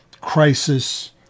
crisis